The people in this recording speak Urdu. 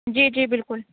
جی جی بالکل